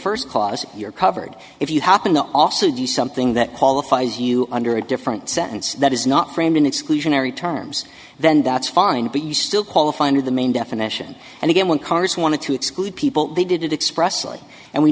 first cause you're covered if you happen to also do something that qualifies you under a different sentence that is not framed in exclusionary terms then that's fine but you still qualify under the main definition and again when congress wanted to exclude people they did it expressly and we